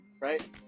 right